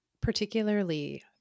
particularly